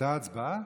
הייתה הצבעה?